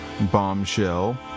bombshell